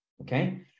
okay